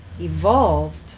Evolved